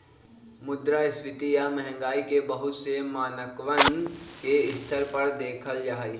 मुद्रास्फीती या महंगाई के बहुत से मानकवन के स्तर पर देखल जाहई